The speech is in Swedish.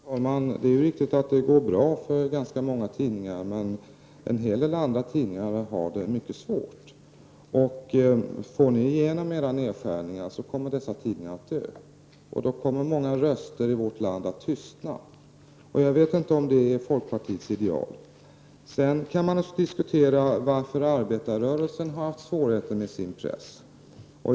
Herr talman! Det är riktigt att det går bra för ganska många tidningar, men en hel del andra tidningar har det mycket svårt. Får ni igenom era nedskärningar kommer dessa tidningar att dö, och då kommer många röster i vårt land att tystna. Jag vet inte om det är folkpartiets ideal. Sedan kan man naturligtvis diskutera varför arbetarrörelsen har haft svårigheter med sin press.